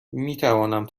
میتوانم